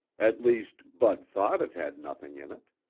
at least bud thought it had nothing in it.